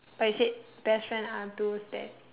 but you said best friend are those that